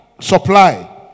Supply